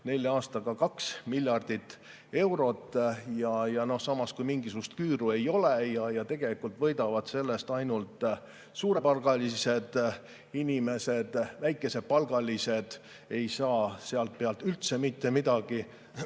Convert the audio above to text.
nelja aastaga 2 miljardit eurot – samas, mingisugust küüru ei ole, tegelikult võidavad sellest ainult suurepalgalised inimesed, väikesepalgalised ei saa sealt pealt üldse mitte midagi